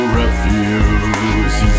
refuse